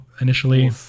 initially